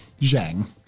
Zhang